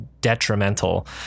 detrimental